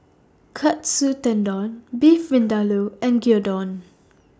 Katsu Tendon Beef Vindaloo and Gyudon